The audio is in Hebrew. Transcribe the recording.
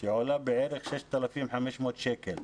שעולה בערך 6,500 שקל,